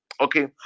okay